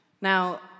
Now